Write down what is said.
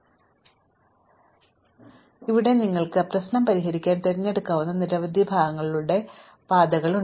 അതിനാൽ അത്യാഗ്രഹികളായ അൽഗോരിതംസ് എന്നറിയപ്പെടുന്ന അൽഗോരിതംസിന്റെ ഒരു പൊതു ക്ലാസാണിത് അവിടെ നിങ്ങൾക്ക് പ്രശ്നം പരിഹരിക്കാൻ തിരഞ്ഞെടുക്കാവുന്ന നിരവധി ഭാഗങ്ങളുടെ പാതകളുണ്ട്